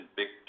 big